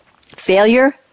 Failure